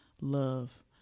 love